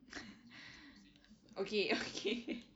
okay okay